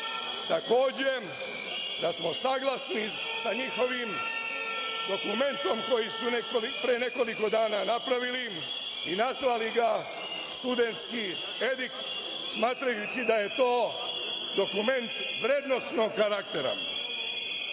Takođe, da smo saglasni sa njihovim dokumentom koji su pre nekoliko dana napravili i nazvali ga "Studentski edikt", smatrajući da je to dokument vrednosnog karaktera.